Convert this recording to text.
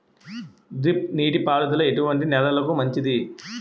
Drip నీటి పారుదల ఎటువంటి నెలలకు మంచిది?